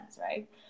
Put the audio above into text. right